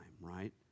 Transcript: right